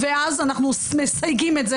ואז אנחנו מסייגים את זה